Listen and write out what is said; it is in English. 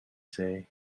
say